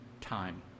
time